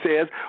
says